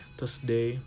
Thursday